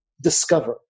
discover